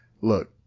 Look